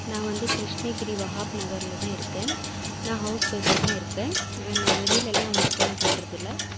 நான் வந்து கிருஷ்ணகிரி வஹாப் நகரில் தான் இருக்கேன் நான் ஹவுஸ் ஒய்ஃப்பாக தான் இருக்கேன் என்னை வெளியிலலாம் ஒர்க் எல்லாம் பண்ணுறதே இல்லை